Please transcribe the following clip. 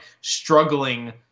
struggling